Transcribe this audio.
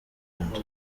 rwanda